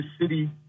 city